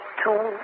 two